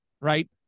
right